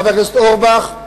חבר הכנסת אורבך,